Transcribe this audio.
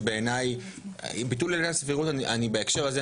שבעיני ביטול עילת הסבירות אני בהקשר הזה,